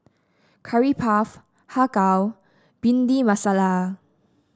Curry Puff Har Kow Bhindi Masala